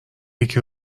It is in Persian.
یکی